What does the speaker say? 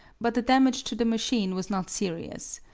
but the damage to the machine was not serious.